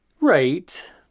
Right